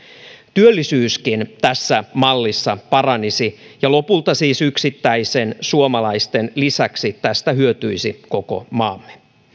työllisyyskin tässä mallissa paranisi ja lopulta siis yksittäisten suomalaisten lisäksi tästä hyötyisi koko maamme